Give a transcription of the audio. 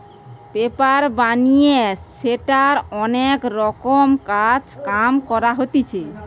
paper বানিয়ে সেটার অনেক রকমের কাজ কাম করা হতিছে